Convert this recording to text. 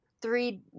three